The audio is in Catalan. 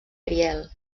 ariel